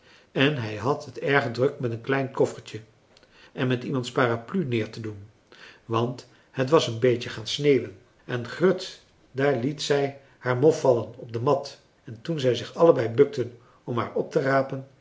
en hij had het erg druk met een klein koffertje en met iemands paraplu neer te doen want het was een beetje gaan sneeuwen en grut daar liet zij haar mof vallen op de mat en toen zij zich allebei bukten om haar op te rapen